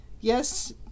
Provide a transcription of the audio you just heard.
yes